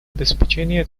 обеспечение